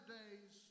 days